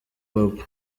hop